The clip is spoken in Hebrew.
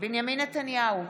בנימין נתניהו,